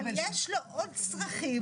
אבל יש לו עוד צרכים,